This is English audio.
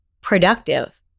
productive